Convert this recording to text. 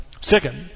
Second